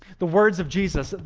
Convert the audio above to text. the words of jesus,